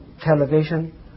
television